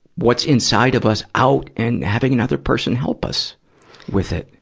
what's inside of us out and having another person help us with it.